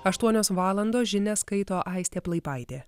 aštuonios valandos žinias skaito aistė plaipaitė